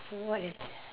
what is that